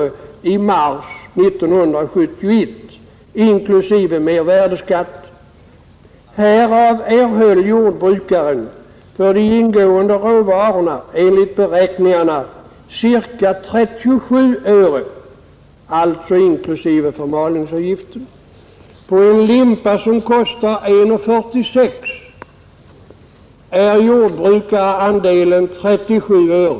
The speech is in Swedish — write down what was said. i mars 1971 inklusive mervärdeskatt. Härav erhöll jordbrukaren för de ingående råvarorna enligt beräkningarna ca 37 öre — alltså inklusive förmalningsavgift.” På en limpa som kostar 1:46 är således jordbrukarandelen 37 öre.